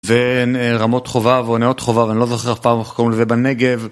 ורמות חובב או נאות חובב ואני לא זוכר אף פעם איך קוראים לזה בנגב